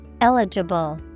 Eligible